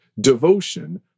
devotion